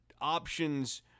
options